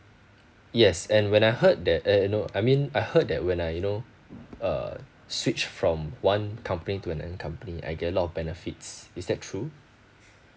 yes and when I heard that eh no I mean I heard that when I you know uh switch from one company to another company I get a lot of benefits is that true